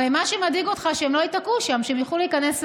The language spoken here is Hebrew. הרי מה שמדאיג אותך זה שהם לא ייתקעו שם ושהם יוכלו להיכנס לארץ.